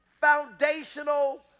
foundational